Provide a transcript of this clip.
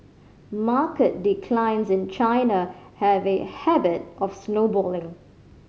market declines in China have a habit of snowballing